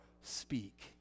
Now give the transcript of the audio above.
speak